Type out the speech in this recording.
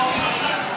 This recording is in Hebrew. או נותני, זרים?